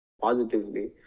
positively